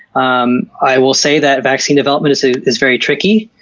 um i will say that vaccine development is ah is very tricky.